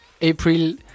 April